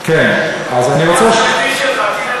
תלך להסכם עם עורך-הדין שלך.